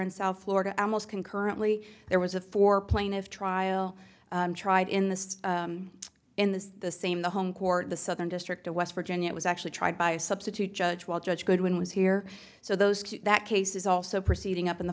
in south florida almost concurrently there was a four plaintiffs trial tried in the in the the same the home court the southern district of west virginia was actually tried by a substitute judge while judge goodwin was here so those that case is also proceeding up in the